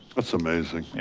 that's amazing.